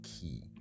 key